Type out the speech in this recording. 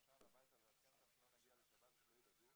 התקשרנו הביתה לעדכן אותם שלא נגיע לשבת ושלא ידאגו.